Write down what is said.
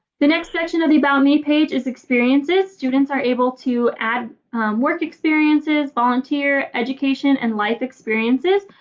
the next section of the about me page is experiences. students are able to add work experiences, volunteer, education and life experiences.